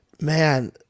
Man